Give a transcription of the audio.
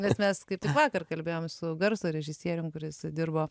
bet mes kaip tik vakar kalbėjom su garso režisierium kuris dirbo